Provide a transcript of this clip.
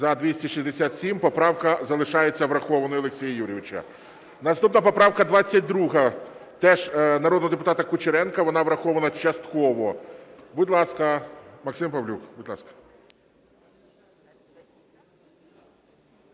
За-267 Поправка залишається врахованою Олексія Юрійовича. Наступна поправка 22 теж народного депутата Кучеренка. Вона врахована частково. Будь ласка, Максим Павлюк.